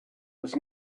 was